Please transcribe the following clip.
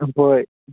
ꯎꯝ ꯍꯣꯏ